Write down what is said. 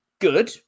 good